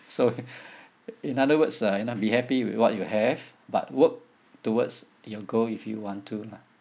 so in other words uh you know be happy with what you have but work towards your goal if you want to lah